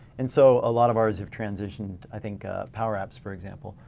and so a lot of ours have transitioned i think power apps for example.